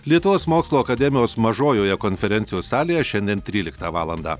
lietuvos mokslo akademijos mažojoje konferencijų salėje šiandien tryliktą valandą